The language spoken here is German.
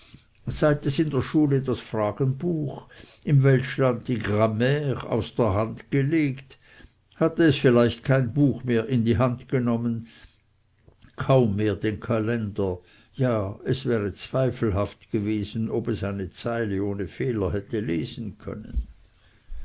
in der schule das fragenbuch im weltschland die grammaire aus der hand gelegt hatte es vielleicht kein buch mehr in die hand genommen kaum mehr den kalender ja es wäre zweifelhaft gewesen ob es eine zeile ohne fehler hätte lesen können